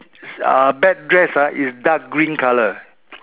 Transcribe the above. uh back rest ah is dark green colour